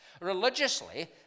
religiously